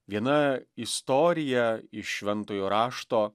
viena istorija iš šventojo rašto